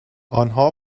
انها